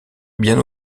bien